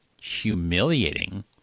humiliating